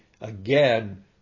again